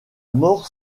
mort